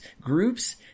groups